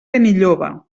benilloba